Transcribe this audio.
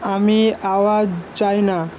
আমি আওয়াজ চাই না